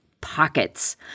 pockets